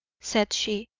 said she,